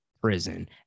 prison